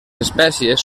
espècies